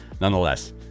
nonetheless